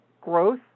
growth